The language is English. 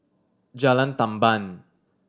Jalan Tamban